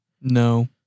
No